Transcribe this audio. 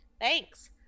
Thanks